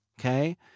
okay